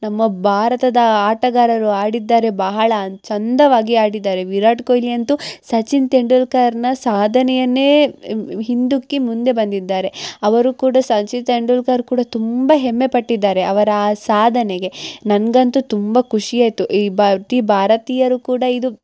ನಮ್ಮ ಭಾರತದ ಆಟಗಾರರು ಆಡಿದ್ದಾರೆ ಬಹಳ ಚಂದವಾಗಿ ಆಡಿದ್ದಾರೆ ವಿರಾಟ್ ಕೊಹ್ಲಿ ಅಂತು ಸಚಿನ್ ತೆಂಡುಲ್ಕರ್ನ ಸಾಧನೆಯನ್ನೇ ಹಿಂದಿಕ್ಕಿ ಮುಂದೆ ಬಂದಿದ್ದಾರೆ ಅವರು ಕೂಡ ಸಚಿನ್ ತೆಂಡುಲ್ಕರ್ ಕೂಡ ತುಂಬ ಹೆಮ್ಮೆ ಪಟ್ಟಿದ್ದಾರೆ ಅವರ ಆ ಸಾಧನೆಗೆ ನನಗಂತು ತುಂಬ ಖುಷಿಯಾಯ್ತು ಈ ಬ ತಿ ಭಾರತೀಯರು ಕೂಡ ಇದು